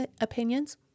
opinions